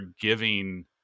giving